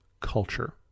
culture